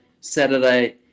Saturday